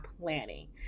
planning